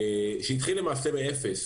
שהתחיל למעשה מאפס,